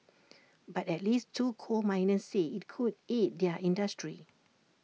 but at least two coal miners say IT could aid their industry